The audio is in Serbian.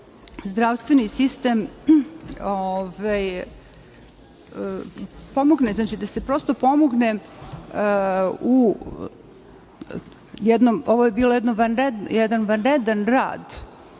zdravstveni sistem pomogne, da se prosto pomogne. Ovo je bio jedan vanredan rad